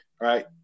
right